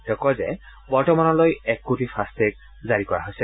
তেওঁ কয় যে বৰ্তমানলৈ এক কোটি ফাটটেগ জাৰি কৰা হৈছে